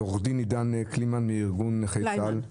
עו"ד עידן קלימן מארגון נכי צה"ל,